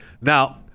Now